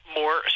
more